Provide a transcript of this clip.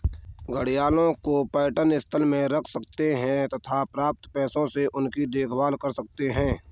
घड़ियालों को पर्यटन स्थल में रख सकते हैं तथा प्राप्त पैसों से उनकी देखभाल कर सकते है